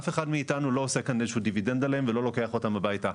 אף אחד מאיתנו לא עושה איזה שהוא דיבידנד עליהם ולא לוקח אותם הביתה.